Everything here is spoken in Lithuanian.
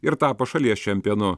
ir tapo šalies čempionu